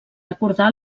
acordar